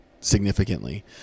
significantly